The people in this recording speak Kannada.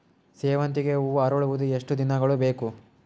ಸೇವಂತಿಗೆ ಹೂವು ಅರಳುವುದು ಎಷ್ಟು ದಿನಗಳು ಬೇಕು?